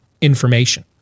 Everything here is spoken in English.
information